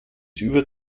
über